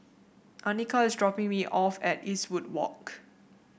Anika is dropping me off at Eastwood Walk